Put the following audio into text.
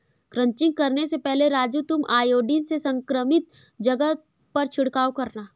crutching करने से पहले राजू तुम आयोडीन से संक्रमित जगह पर छिड़काव करना